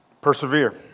Persevere